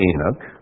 Enoch